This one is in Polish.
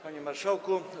Panie Marszałku!